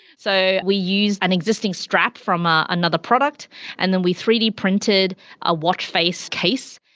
so we used an existing strap from ah another product and then we three d printed a watch face case,